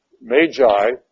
Magi